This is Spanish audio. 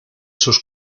sus